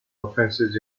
offences